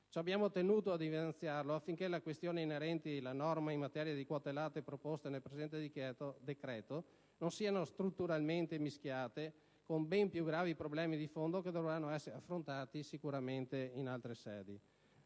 Ciò abbiamo tenuto ad evidenziare affinché le questioni inerenti alle norme in materia di quote latte proposte del presente decreto non siano strumentalmente mischiate con ben più gravi problemi di fondo che dovranno essere affrontati sicuramente in altre sedi.